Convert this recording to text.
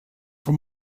for